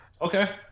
Okay